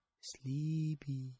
Sleepy